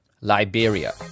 Liberia